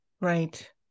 right